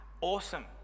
awesome